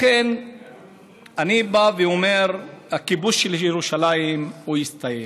לכן אני בא ואומר: הכיבוש של ירושלים יסתיים.